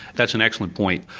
that's an excellent point.